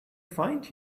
find